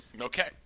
Okay